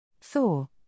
Thor